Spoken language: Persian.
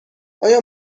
آیا